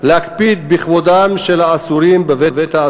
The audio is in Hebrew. ולא אחת.